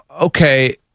okay